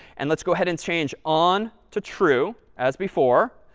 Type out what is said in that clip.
and let's go ahead and change on to true, as before.